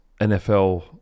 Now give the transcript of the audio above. NFL